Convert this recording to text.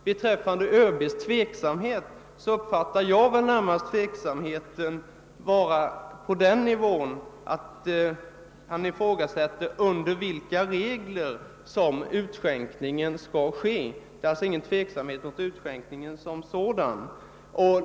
Beträffande ÖB:s tveksamhet vill jag säga att jag uppfattat saken så, att tveksamheten närmast består i att ÖB ifrågasätter enligt vilka regler utskänkningen skall ske — det är alltså inte fråga om någon tveksamhet beträffande utskänkningen som sådan.